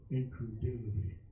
incredulity